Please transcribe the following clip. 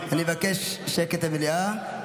אני מבקש שקט במליאה.